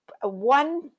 one